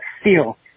steel